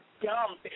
dumb